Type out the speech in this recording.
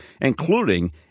including